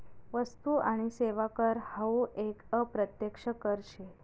वस्तु आणि सेवा कर हावू एक अप्रत्यक्ष कर शे